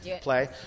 play